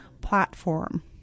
platform